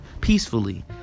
peacefully